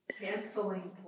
Canceling